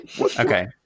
Okay